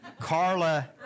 Carla